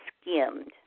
skimmed